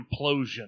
implosion